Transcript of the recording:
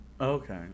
Okay